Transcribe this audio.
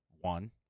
One